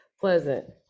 pleasant